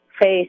face